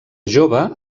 jove